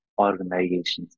organizations